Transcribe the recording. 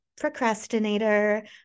procrastinator